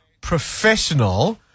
Professional